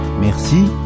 merci